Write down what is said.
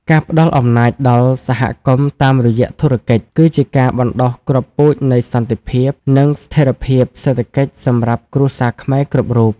ការផ្ដល់អំណាចដល់សហគមន៍តាមរយៈធុរកិច្ច គឺជាការបណ្ដុះគ្រាប់ពូជនៃសន្តិភាព និងស្ថិរភាពសេដ្ឋកិច្ចសម្រាប់គ្រួសារខ្មែរគ្រប់រូប។